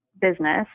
business